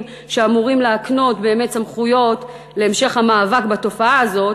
שאמורים להקנות באמת סמכויות להמשך המאבק בתופעה הזאת,